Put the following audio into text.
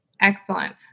Excellent